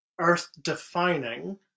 earth-defining